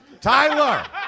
Tyler